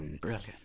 brilliant